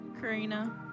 Karina